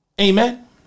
Amen